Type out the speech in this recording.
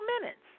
minutes